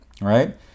right